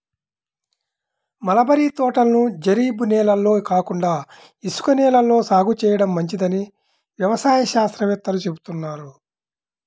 mulberry తోటలను జరీబు నేలల్లో కాకుండా ఇసుక నేలల్లో సాగు చేయడం మంచిదని వ్యవసాయ శాస్త్రవేత్తలు చెబుతున్నారు